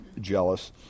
jealous